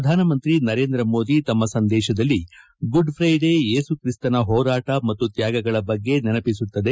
ಪ್ರಧಾನಮಂತ್ರಿ ನರೇಂದ್ರಮೋದಿ ತಮ್ಮ ಸಂದೇಶದಲ್ಲಿ ಗುಡ್ ಫ್ರೈಡೆ ಏಸುಕ್ರಿಸ್ತನ ಹೋರಾಟ ಮತ್ತು ತ್ಯಾಗಗಳ ಬಗ್ಗೆ ನೆನಪಿಸುತ್ತದೆ